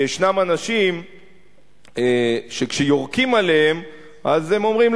שישנם אנשים שכשיורקים עליהם הם אומרים,